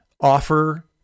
offer